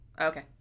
Okay